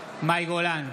מאי גולן,